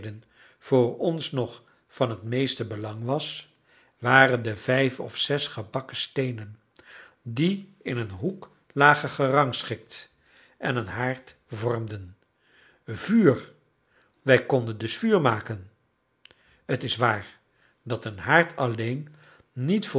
voor ons nog van het meeste belang was waren de vijf of zes gebakken steenen die in een hoek lagen gerangschikt en een haard vormden vuur wij konden dus vuur maken t is waar dat een haard alleen niet